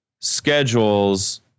schedules